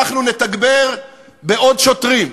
אנחנו נתגבר בעוד שוטרים.